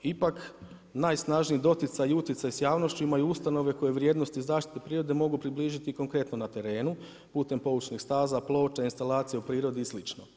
Ipak najsnažniji doticaj i uticaj sa javnošću imaju ustanove koje vrijednosti zaštite prirode mogu približiti i konkretno na terenu putem poučnih staza, ploča, instalacija u prirodi i slično.